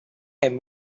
had